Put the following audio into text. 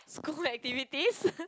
school activities